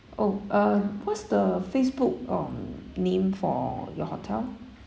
oh uh what's the facebook um name for your hotel